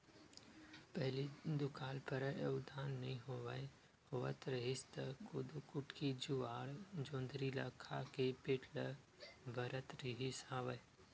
पहिली दुकाल परय अउ धान नइ होवत रिहिस त कोदो, कुटकी, जुवाड़, जोंधरी ल खा के पेट ल भरत रिहिस हवय